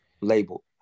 label